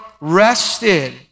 rested